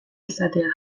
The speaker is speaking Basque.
izatea